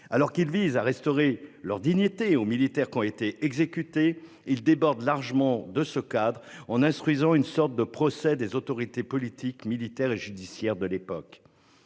alors qu'il vise à restaurer leur dignité aux militaires qui ont été exécutés, il déborde largement de ce cadre en instruisant une sorte de procès des autorités politiques, militaires et judiciaires de l'époque.